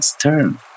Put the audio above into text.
turn